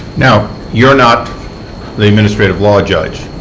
now you are not the administrative law judge?